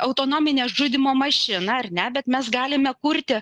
autonominę žudymo mašiną ar ne bet mes galime kurti